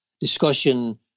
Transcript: discussion